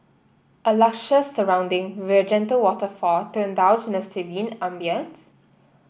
a luscious surrounding with a gentle waterfall to indulge in a serene ambience